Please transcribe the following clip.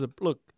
look